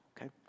okay